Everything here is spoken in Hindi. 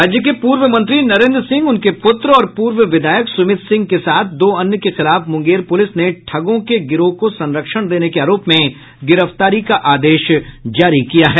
राज्य के पूर्व मंत्री नरेन्द्र सिंह उनके पुत्र और पूर्व विधायक सुमित सिंह के साथ दो अन्य के खिलाफ मुंगेर पुलिस ने ठगों के गिरोह को संरक्षण देने के आरोप में गिरफ्तारी का आदेश जारी किया है